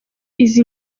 izi